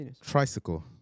Tricycle